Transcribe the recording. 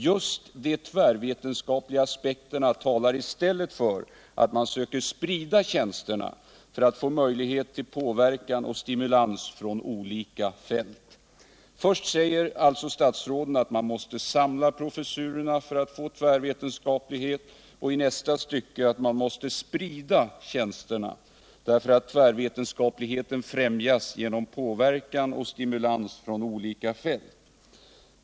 Just de tvärvetenskapliga aspekterna talar i stället för att man söker sprida tjänsterna för att få möjlighet till påverkan och stimulans från olika fält.” Först säger alltså statsrådet att man måste samla professurerna för att få tvärvetenskaplighet, och i nästa stycke att man måste sprida tjänsterna därför att tvärvetenskapligheten främjas genom påverkan och stimulans från olika fält.